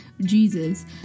Jesus